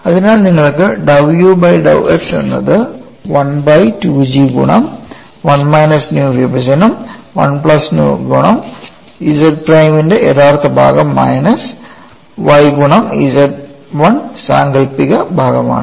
അതിനാൽ നിങ്ങൾക്ക് ഇവിടെ dou u by dou x എന്നത് 1ബൈ 2 G ഗുണം 1 മൈനസ് ന്യൂ വിഭജനം 1 പ്ലസ് ന്യൂ ഗുണം Z 1 പ്രൈമിന്റെ യഥാർത്ഥ ഭാഗം മൈനസ് y ഗുണം Z 1 സാങ്കൽപ്പിക ഭാഗം ആണ്